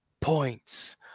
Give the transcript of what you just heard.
points